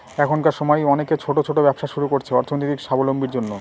এখনকার সময় অনেকে ছোট ছোট ব্যবসা শুরু করছে অর্থনৈতিক সাবলম্বীর জন্য